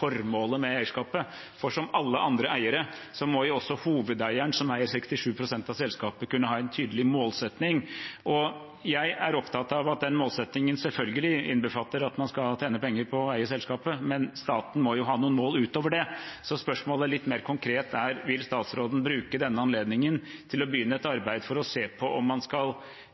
med eierskapet, for som alle andre eiere må også hovedeieren, som eier 67 pst. av selskapet, kunne ha en tydelig målsetting. Jeg er opptatt av at den målsettingen selvfølgelig innbefatter at man skal tjene penger på å eie selskapet, men staten må jo ha noen mål utover det. Spørsmålet litt mer konkret er: Vil statsråden bruke denne anledningen til å begynne et arbeid for å se på om man skal